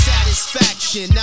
Satisfaction